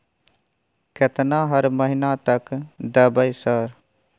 केतना हर महीना तक देबय सर?